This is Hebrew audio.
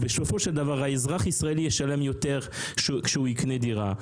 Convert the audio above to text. בסופו של דבר האזרח הישראלי ישלם יותר כשהוא יקנה דירה.